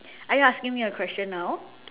are you asking me a question now